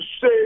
say